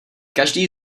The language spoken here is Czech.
každý